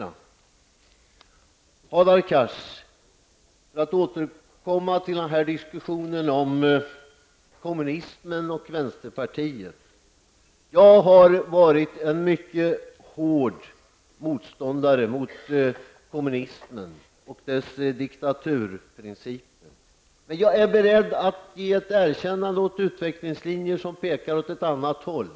Till Hadar Cars vill jag säga följande beträffande diskussionen om kommunismen och vänsterpartiet. Jag har varit en mycket hård motståndare mot kommunismen och dess diktaturprinciper. Men jag är beredd att ge ett erkännande åt utvecklingslinjer som pekar åt ett annat håll.